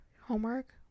Homework